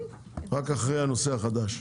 רק אחרי הנושא החדש.